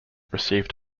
received